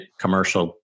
commercial